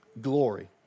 glory